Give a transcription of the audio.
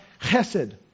chesed